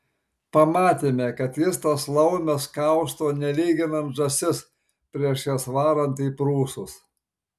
pamatėme kad jis tas laumes kausto nelyginant žąsis prieš jas varant į prūsus